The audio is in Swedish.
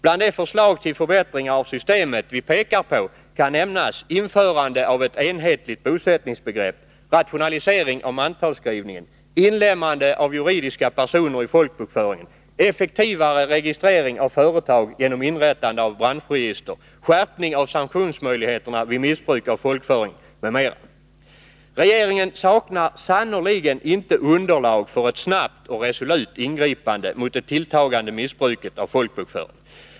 Bland de förslag till förbättring av systemet som vi pekar på kan nämnas införande av ett enhetligt bosättningsbegrepp, rationalisering när det gäller mantalsskrivningen, inlemmande av juridiska personer i folkbokföringen, effektivare registrering av företag genom inrättande av branschregister, skärpning av sanktionsmöjligheterna vid missbruk av folkbokföringen m.m. Regeringen saknar sannerligen inte underlag för ett snabbt och resolut ingripande mot det tilltagande missbruket i fråga om folkbokföringen.